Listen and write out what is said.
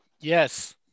Yes